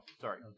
sorry